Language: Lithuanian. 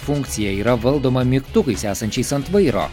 funkcija yra valdoma mygtukais esančiais ant vairo